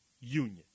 union